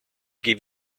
give